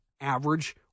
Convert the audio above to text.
average